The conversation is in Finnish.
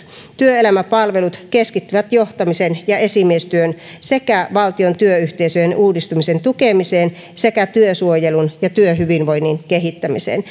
työelämäpalvelut keskittyvät johtamisen ja esimiestyön sekä valtion työyhteisöjen uudistumisen tukemiseen sekä työsuojelun ja työhyvinvoinnin kehittämiseen